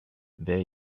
there